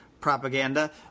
propaganda